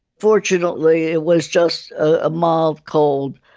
fortunately, it was just a mild cold.